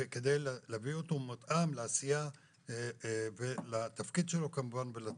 כדי להביא אותו מתאים לעשייה ולתפקיד שלו ולטיפול.